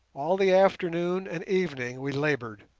all the afternoon and evening we laboured,